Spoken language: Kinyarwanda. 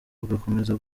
ugakomeza